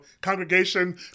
congregation